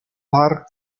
park